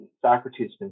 Socrates